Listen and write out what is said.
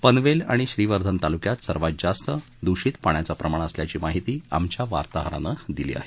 पनवेल आणि श्रीवर्धन तालुक्यात सर्वात जास्त दूषित पाण्याचं प्रमाण असल्याची माहिती आमच्या वार्ताहरानं दिली आहे